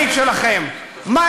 חיפה,